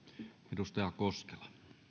arvoisa herra puhemies